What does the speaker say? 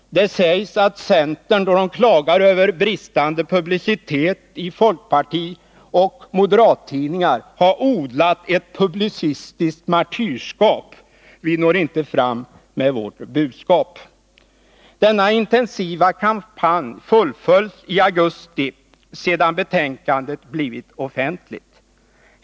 Det sägs, då man klagar över bristande publicitet i folkpartioch moderattidningar, att centern har odlat ett publicistiskt martyrskap: Vi når inte fram med vårt budskap. Den intensiva kampanjen fullföljs i augusti, sedan betänkandet blivit offentligt.